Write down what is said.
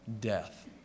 death